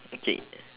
okay